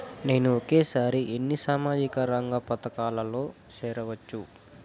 నేను ఒకేసారి ఎన్ని సామాజిక రంగ పథకాలలో సేరవచ్చు?